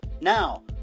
Now